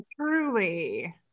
Truly